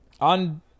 on